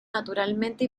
naturalmente